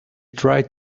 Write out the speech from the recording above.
tried